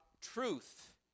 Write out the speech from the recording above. truth